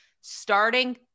starting